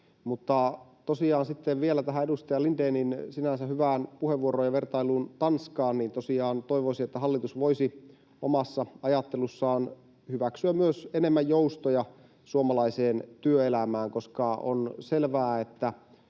Mutta sitten vielä tähän edustaja Lindénin sinänsä hyvään puheenvuoroon ja vertailuun Tanskaan. Tosiaan toivoisin, että hallitus voisi omassa ajattelussaan hyväksyä myös enemmän joustoja suomalaiseen työelämään, koska on selvää, että